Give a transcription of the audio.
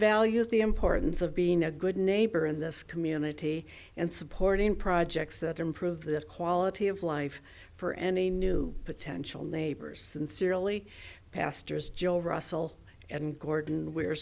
value the importance of being a good neighbor in this community and supporting projects that improve the quality of life for any new potential neighbors and serially pastors joel russell and gordon where